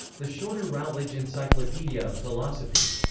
the shorter routledge encyclopedia of philosophy.